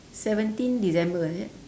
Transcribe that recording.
seventeenth december is it